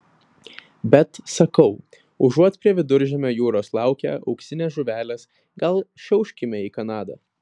bet sakau užuot prie viduržemio jūros laukę auksinės žuvelės gal šiauškime į kanadą